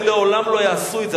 הם לעולם לא יעשו את זה,